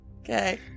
Okay